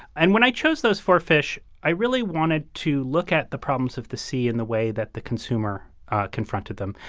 and when i chose those four fish, i really wanted to look at the problems of the sea in the way that the consumer confronted them.